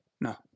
No